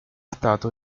stato